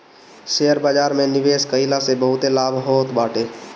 share बाजार में निवेश कईला से बहुते लाभ होत बाटे